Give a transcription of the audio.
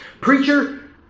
Preacher